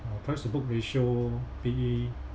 uh price to book ratio P_B